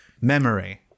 memory